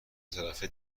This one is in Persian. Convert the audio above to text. طرفه